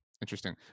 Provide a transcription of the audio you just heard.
Interesting